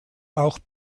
auch